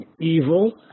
evil